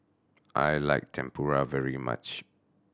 I like Tempura very much